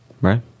Right